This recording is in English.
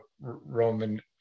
Roman